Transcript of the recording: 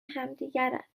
همدیگرند